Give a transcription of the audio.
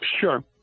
Sure